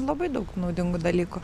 labai daug naudingų dalykų